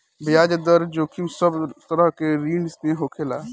बियाज दर जोखिम सब तरह के ऋण में होखेला